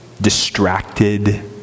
distracted